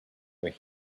where